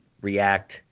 react